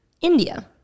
India